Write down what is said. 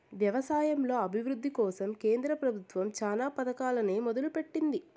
వ్యవసాయంలో అభివృద్ది కోసం కేంద్ర ప్రభుత్వం చానా పథకాలనే మొదలు పెట్టింది